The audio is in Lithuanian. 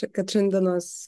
kad šiandienos